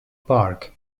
park